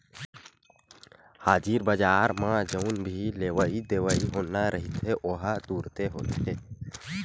हाजिर बजार म जउन भी लेवई देवई होना रहिथे ओहा तुरते होथे